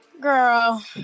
Girl